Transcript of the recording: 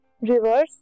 rivers